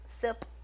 sip